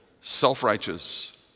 self-righteous